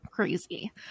crazy